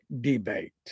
debate